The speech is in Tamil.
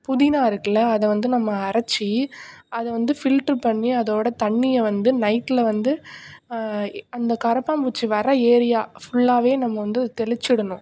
புதினா இருக்குல்லயா அதை வந்து நம்ம அரைச்சி அதை வந்து ஃபில்ட்ரு பண்ணி அதோட தண்ணியை வந்து நைட்டில் வந்து அந்த கரப்பான்பூச்சி வர ஏரியா ஃபுல்லாக நம்ம வந்து தெளித்து விடணும்